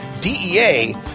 DEA